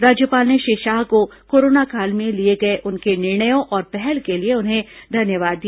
राज्यपाल ने श्री शाह को कोरोना काल में लिए गए उनके निर्णयों और पहल के लिए उन्हें धन्यवाद दिया